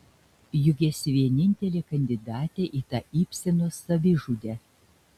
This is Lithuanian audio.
juk esi vienintelė kandidatė į tą ibseno savižudę